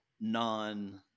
non-